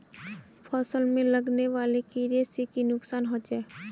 फसल में लगने वाले कीड़े से की नुकसान होचे?